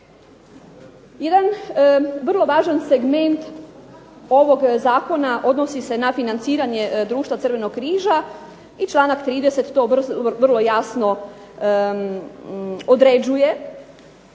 Jedan vrlo važan segment ovog zakona odnosi se na financiranje društva Crvenog križa i članak 30. to vrlo jasno određuje.